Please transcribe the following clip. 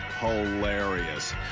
hilarious